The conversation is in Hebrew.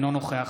אינו נוכח